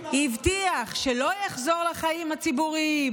הבטיח לבית המשפט שלא יחזור לחיים הציבוריים